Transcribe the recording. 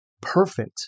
perfect